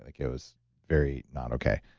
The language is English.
like it was very not okay.